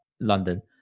London